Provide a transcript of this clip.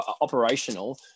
operational